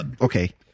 Okay